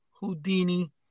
Houdini